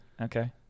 Okay